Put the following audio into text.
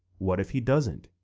what if he doesn't?